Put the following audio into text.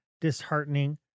disheartening